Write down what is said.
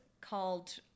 called